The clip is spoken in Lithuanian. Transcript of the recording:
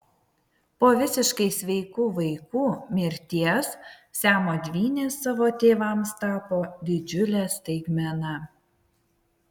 po visiškai sveikų vaikų mirties siamo dvynės savo tėvams tapo didžiule staigmena